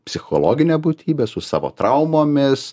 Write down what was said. psichologinė būtybė su savo traumomis